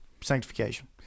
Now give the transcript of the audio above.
sanctification